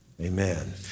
Amen